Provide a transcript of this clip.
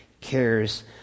cares